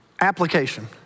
application